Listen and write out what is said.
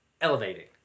elevating